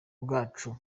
bwacu